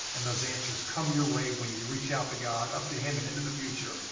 and those answers come your way when you reach out to god, up to him and into the future.